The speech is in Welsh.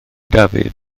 dafydd